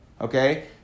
okay